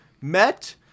met